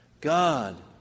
God